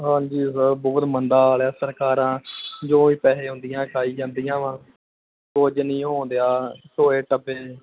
ਹਾਂਜੀ ਸਰ ਬਹੁਤ ਮੰਦਾ ਹਾਲ ਹੈ ਸਰਕਾਰਾਂ ਜੋ ਵੀ ਪੈਸੇ ਆਉਂਦੇ ਖਾਈ ਜਾਂਦੀਆਂ ਵਾ ਕੁਝ ਨਹੀਂ ਹੋ ਰਿਹਾ ਟੋਏ ਟੱਪੇ